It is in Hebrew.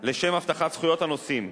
לשם הבטחת זכויות הנוסעים.